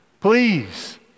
Please